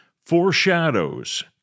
foreshadows